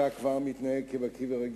אתה כבר מתנהג כבקי ורגיל,